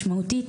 ומשמעותית,